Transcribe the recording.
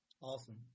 awesome